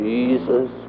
Jesus